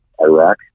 Iraq